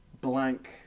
blank